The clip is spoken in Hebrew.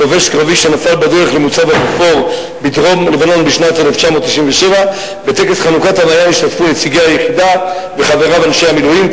חובש קרבי שנפל בדרך למוצב הבופור בדרום-לבנון בשנת 1997. בטקס חנוכת המעיין השתתפו נציגי היחידה וחבריו אנשי המילואים.